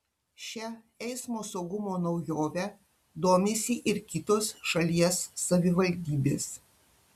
šia eismo saugumo naujove domisi ir kitos šalies savivaldybės